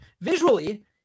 Visually